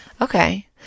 Okay